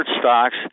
stocks